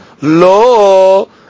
Lo